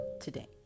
today